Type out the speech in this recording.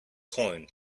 corn